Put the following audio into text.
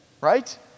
right